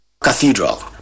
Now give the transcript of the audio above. cathedral